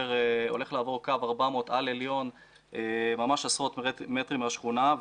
שהולך לעבור קו 400 על עליון ממש עשרות מטרים מהשכונה.